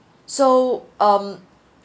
so um